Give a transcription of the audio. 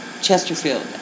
Chesterfield